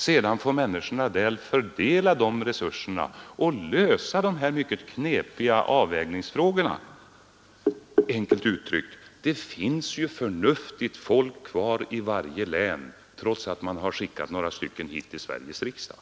Sedan får människorna där fördela de resurserna och lösa de här mycket knepiga avvägningsfrågorna. Enkelt uttryckt: det finns ju förnuftigt folk kvar i varje län trots att man har skickat några stycken hit till Sveriges riksdag.